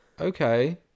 Okay